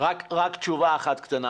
רק תשובה אחת קטנה,